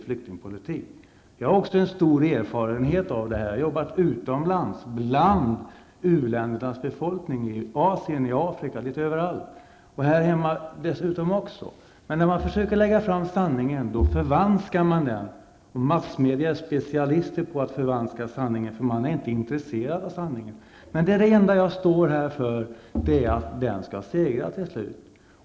flyktingpolitik? Jag har också stor erfarenhet av detta. Jag har jobbat utomlands, bland u-ländernas befolkning i Asien och Afrika, litet överallt -- och också här hemma. Men när jag försöker lägga fram sanningen, så förvanskar man den. Massmedia är specialister på att förvanska sanningen. Man är inte intresserad av sanningen. Men jag står här endast för att sanningen skall segra till slut.